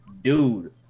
dude